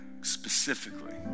specifically